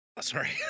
sorry